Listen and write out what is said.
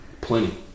Plenty